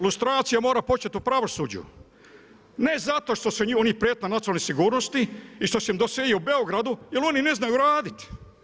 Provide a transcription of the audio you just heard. Lustracija mora početi u pravosuđu, ne zato što su oni prijetnja nacionalnoj sigurnosti i što se doselio u Beogradu jer oni ne znaju raditi.